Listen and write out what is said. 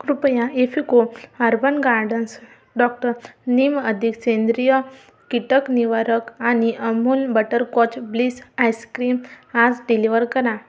कृपया IFFCO urban gardens doctor neem अदी सेंद्रिय कीटक निवारक आणि अमूल बटरकॉच ब्लिस आईसक्रीम आज डिलिवर करा